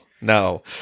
no